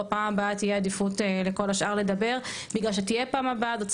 בפעם הבאה תהיה עדיפות לכל השאר לדבר.